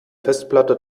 festplatte